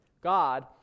God